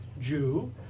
Jew